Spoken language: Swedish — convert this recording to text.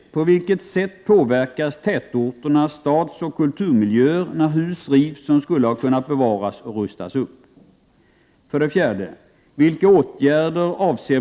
På vilket sätt påverkas tätorternas stadsoch kulturmiljöer när hus rivs som skulle ha kunnat bevaras och rustas upp?